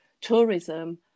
tourism